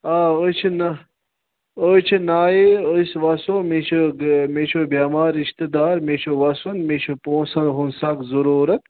آ أسۍ چھِنہٕ أسۍ چھِ نایے أسۍ وَسو مےٚ چھُ مےٚ چھُ بٮ۪مار رِشتہٕ دارمےٚ چھُ وسُن مےٚ چھِ پونسَن ہُنز سَخ ضروٗرَت